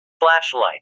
Flashlight